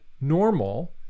normal